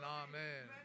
amen